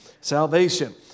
Salvation